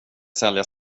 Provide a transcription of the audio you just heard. sälja